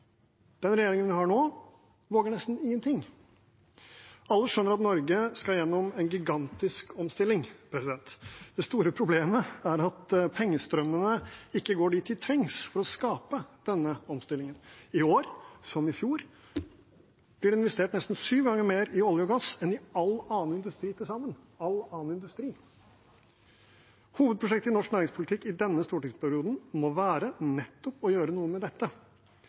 Den regjeringen vi har nå, våger nesten ingenting. Alle skjønner at Norge skal gjennom en gigantisk omstilling. Det store problemet er at pengestrømmene ikke går dit de trengs for å skape denne omstillingen. I år som i fjor blir det investert nesten syv ganger mer i olje og gass enn i all annen industri til sammen – all annen industri. Hovedprosjektet i norsk næringspolitikk i denne stortingsperioden må være nettopp å gjøre noe med dette.